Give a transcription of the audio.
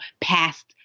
past